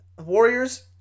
Warriors